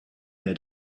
had